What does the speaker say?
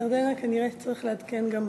ירדנה כנראה תצטרך לעדכן גם,